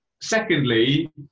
Secondly